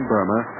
Burma